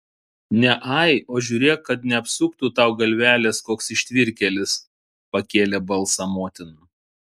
ne ai o žiūrėk kad neapsuktų tau galvelės koks ištvirkėlis pakėlė balsą motina